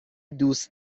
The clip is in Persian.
دوست